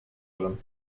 drin